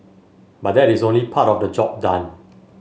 but that is only part of the job done